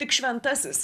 tik šventasis